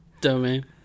domain